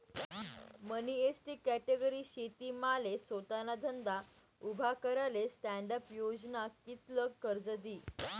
मनी ST category शे माले सोताना धंदा उभा कराले स्टॅण्डअप योजना कित्ल कर्ज दी?